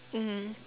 mmhmm